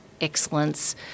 excellence